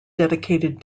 dedicated